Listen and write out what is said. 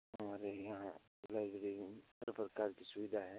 हमारे यहाँ हर प्रकार की सुविधा है